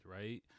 right